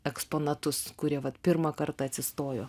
eksponatus kurie vat pirmą kartą atsistojo